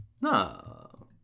no